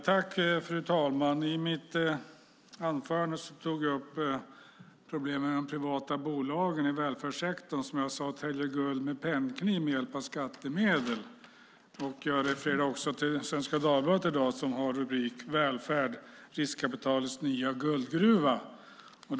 Fru talman! I mitt anförande tog jag upp problemen med de privata bolagen i välfärdssektorn, som jag sade täljde guld med pennkniv med hjälp av skattemedel. Jag refererar också till Svenska Dagbladet som i dag har rubriken "Välfärd riskkapitalets nya guldgruva" på första sidan.